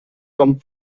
come